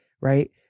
right